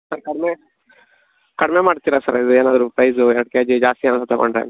sir ಕಡಿಮೆ ಕಡಿಮೆ ಮಾಡ್ತೀರ ಸರ್ ಇದು ಏನಾದರು ಪ್ರೈಜು ಎರಡು ಕೆಜಿ ಜಾಸ್ತಿ ಏನಾದರು ತಗೊಂಡರೆ ಅಂತ